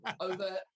over